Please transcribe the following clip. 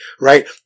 right